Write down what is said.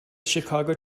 chicago